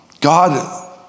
God